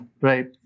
right